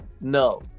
no